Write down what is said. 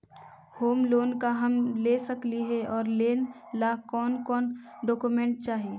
Home loan का हम ले सकली हे, और लेने ला कोन कोन डोकोमेंट चाही?